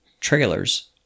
trailers